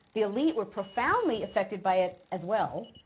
the elite were profoundly affected by it as well.